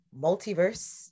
Multiverse